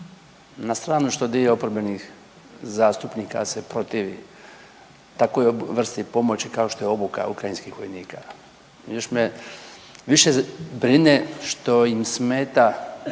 Na stranu što dio oporbenih zastupnika se protivi takvoj vrsti pomoći kao što je obuka ukrajinskih vojnika. Još me više brine što im smeta